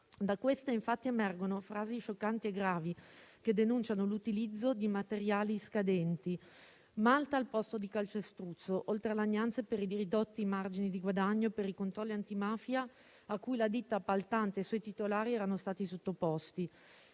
Da queste, infatti, emergono frasi scioccanti e gravi che denunciano l'utilizzo di materiali scadenti come malta al posto di calcestruzzo, oltre a lagnanze per i ridotti margini di guadagno e per i controlli antimafia cui la ditta appaltante e i suoi titolari erano stati sottoposti.